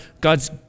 God's